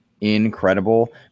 Incredible